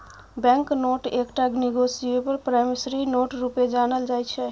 bank note एकटा negotiable promissory note रुपे जानल जाइ छै